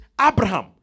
Abraham